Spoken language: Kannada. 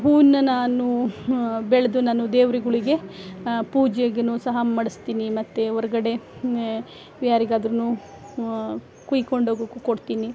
ಹೂವುನ್ನ ನಾನೂ ಬೆಳೆದು ನಾನು ದೇವ್ರುಗಳಿಗೆ ಪೂಜೆಗೆ ಸಹ ಮಾಡಿಸ್ತೀನಿ ಮತ್ತು ಹೊರ್ಗಡೆ ಯಾರಿಗಾದ್ರು ಕುಯ್ಕೊಂಡು ಹೋಗೋಕು ಕೊಡ್ತೀನಿ